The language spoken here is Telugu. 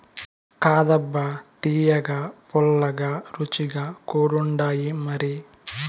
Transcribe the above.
కాదబ్బా తియ్యగా, పుల్లగా, రుచిగా కూడుండాయిమరి